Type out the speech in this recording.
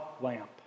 lamp